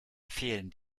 fehlen